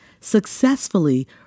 successfully